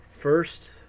First